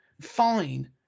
fine